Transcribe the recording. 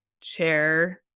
chair